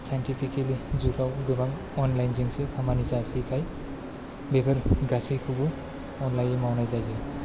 scientific जुगाव गोबां अनलाइनजोंसो खामानि जासैखाय बेफोर गासिखौबो अनलाइनै मावनाइ जायो